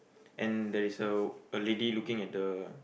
and there is a a lady looking at the